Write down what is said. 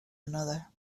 another